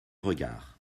regard